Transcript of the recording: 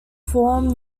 form